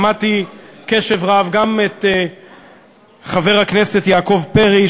שמעתי בקשב רב גם את חבר הכנסת יעקב פרי,